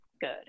good